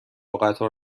قطار